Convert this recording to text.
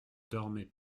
dormaient